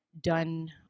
done